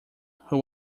who